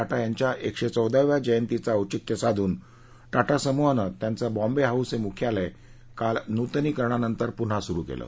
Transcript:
टाटा यांच्या एकशे चौदाव्या जयंतीचं औचित्य साधून टाटा समूहानं त्याचं बाँबे हाऊस हे मुख्यालय काल नुतनीकरणानंतर पुन्हा सुरू केलं